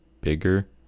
bigger